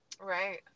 Right